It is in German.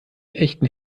echten